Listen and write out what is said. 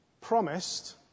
promised